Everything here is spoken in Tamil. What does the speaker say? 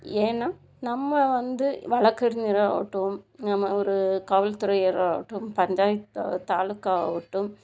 ஏன்னால் நம்ம வந்து வழக்கறிஞர்கள் ஆகட்டும் நம்ம ஒரு காவல்துறையினர் ஆகட்டும் பஞ்சாயத்து தாலுக்கா ஆகட்டும்